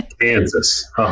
kansas